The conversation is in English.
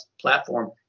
platform